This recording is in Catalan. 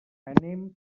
anem